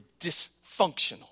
dysfunctional